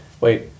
wait